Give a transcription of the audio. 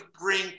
bring